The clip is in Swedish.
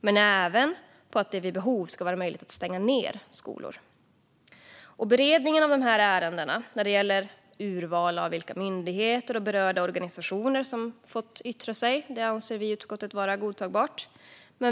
Men det handlar även om att det vid behov ska vara möjligt att stänga ned skolor. Beredningen av dessa ärenden när det gäller urval av myndigheter och berörda organisationer som fått yttra sig anser vi i utskottet vara godtagbar.